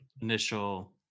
initial